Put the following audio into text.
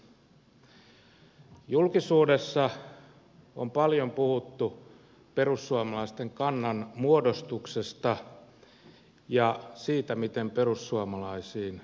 julkisuudessa on paljon puhuttu perussuomalaisten kannan muodostuksesta ja siitä miten perussuomalaisiin voi vaikuttaa